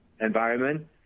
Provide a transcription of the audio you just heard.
environment